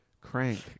Crank